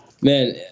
Man